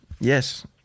Yes